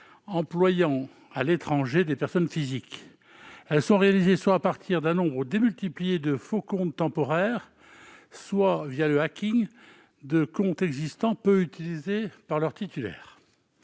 employant à l'étranger des personnes physiques. Elles se font soit à partir d'un nombre démultiplié de faux comptes temporaires, soit le de comptes existants peu utilisés par leur titulaire.